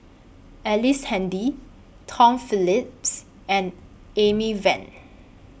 Ellice Handy Tom Phillips and Amy Van